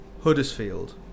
Huddersfield